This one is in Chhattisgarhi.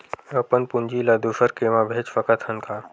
अपन पूंजी ला दुसर के मा भेज सकत हन का?